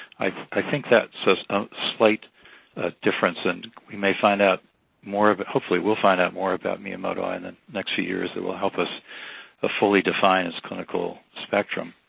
i think that's a slight difference, and we may find out more of, hopefully, we'll find out more about miyamotoi in the and next few years that will help us ah fully define its clinical spectrum.